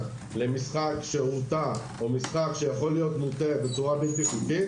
למשחק שהוטה או משחק שיכול להיות מוטה בצורה לא חוקית,